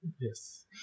Yes